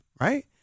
right